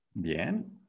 Bien